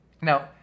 Now